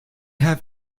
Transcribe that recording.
have